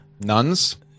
nuns